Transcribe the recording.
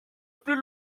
plus